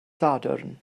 sadwrn